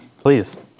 Please